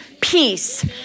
peace